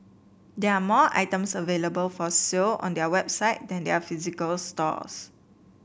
there are more items available for sale on their website than their physical stores